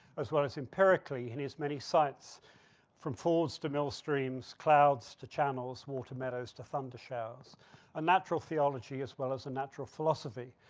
as well as empirically in his many sites from falls to mill streams, clouds to channels, water meadows to thunder showers and ah natural theology as well as the natural philosophy,